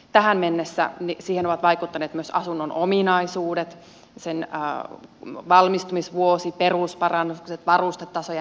tähän mennessä siihen ovat vaikuttaneet myös asunnon ominaisuudet sen valmistumisvuosi perusparannukset varustetaso ja niin edelleen